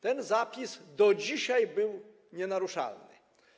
Ten zapis do dzisiaj był nienaruszalny.